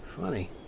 Funny